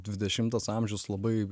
dvidešimtas amžius labai